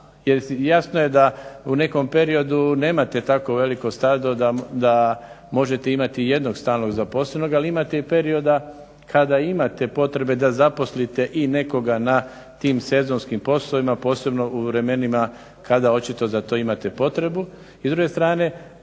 jer jasno je da u nekom periodu nemate tako veliko stado da možete imati jednog stalnog zaposlenog, ali imate i perioda kada imate potrebe da zaposlite i nekoga na tim sezonskim poslovima, posebno u vremenima kada očito za to imate potrebu